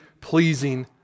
pleasing